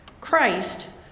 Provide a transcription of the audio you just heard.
Christ